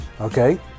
Okay